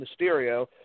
Mysterio